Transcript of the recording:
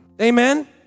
Amen